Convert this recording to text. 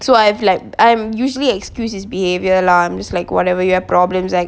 so I've like I usually excuse his behaviour alarms like whatever your problems like